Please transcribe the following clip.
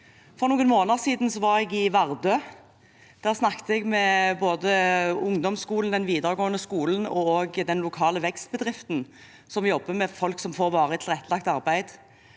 For noen måneder siden var jeg i Vardø. Der snakket jeg med både ungdomsskolen, den videregående skolen og den lokale vekstbedriften som jobber med folk som får varig tilrettelagt arbeid.